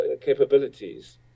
capabilities